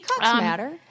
matter